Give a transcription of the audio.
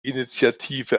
initiative